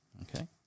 Okay